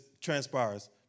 transpires